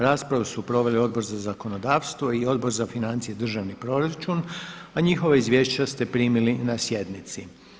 Raspravu su proveli Odbor za zakonodavstvo i Odbor za financije i državni proračun a njihova izvješća ste primili na sjednici.